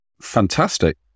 Fantastic